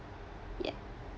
yeah